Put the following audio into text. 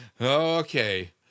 Okay